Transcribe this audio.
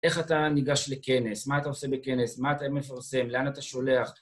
איך אתה ניגש לכנס? מה אתה עושה בכנס? מה אתה מפרסם? לאן אתה שולח?